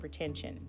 hypertension